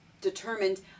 determined